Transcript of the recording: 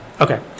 Okay